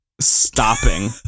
stopping